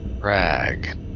crag